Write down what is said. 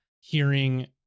hearing